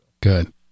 Good